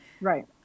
right